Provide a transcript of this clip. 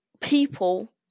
people